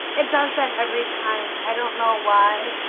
it doesn't every time i don't know why